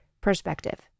perspective